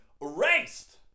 erased